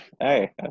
Hey